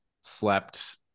slept